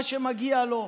מה שמגיע לו,